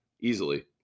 Easily